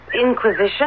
inquisition